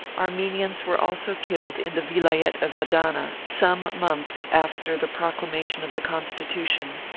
armenians were also killed in the vilayet of adana, some months after the proclamation of the constitution,